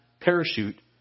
parachute